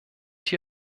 die